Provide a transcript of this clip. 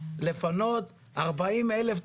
לפנות 40 אלף תושבים,